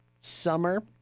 summer